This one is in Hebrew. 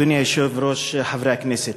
אדוני היושב-ראש, חברי הכנסת,